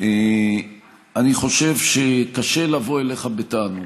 אני חושב שקשה לבוא אליך בטענות.